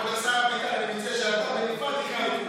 כבוד השר, אני מציע שאתה בנפרד תקרא לכולם.